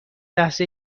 لحظه